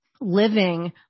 living